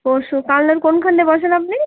পরশু কালনার কোনখানটায় বসেন আপনি